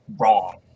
wrong